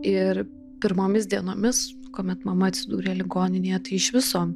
ir pirmomis dienomis kuomet mama atsidūrė ligoninėje tai iš viso